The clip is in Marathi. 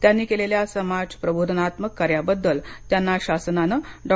त्यांनी केलेल्या समाज प्रबोधनात्मक कार्याबदल त्यांना शासनाने डॉ